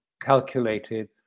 calculated